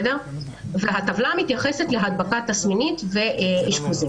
הטבלה מתייחסת להדבקה תסמינית ואשפוזים.